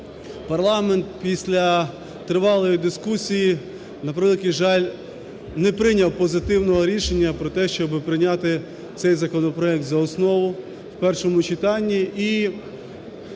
парламент після тривалої дискусії, на превеликий жаль, не прийняв позитивного рішення про те, щоб прийняти цей законопроект за основу в першому читанні.